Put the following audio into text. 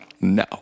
no